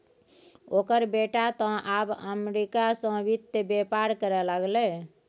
ओकर बेटा तँ आब अमरीका सँ वित्त बेपार करय लागलै